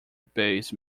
based